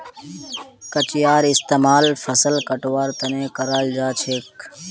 कचियार इस्तेमाल फसल कटवार तने कराल जाछेक